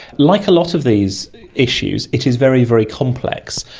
like a lot of these issues, it is very, very complex,